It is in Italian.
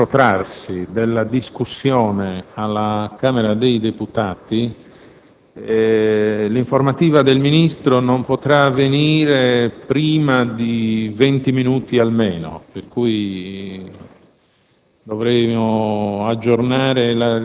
Debbo però comunicarvi che, a causa del protrarsi della discussione alla Camera dei deputati, l'informativa del Ministro non potrà avvenire prima di venti minuti.